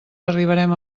arribarem